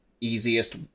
easiest